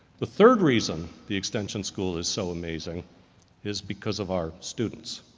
the third reason the extension school is so amazing is because of our students.